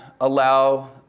allow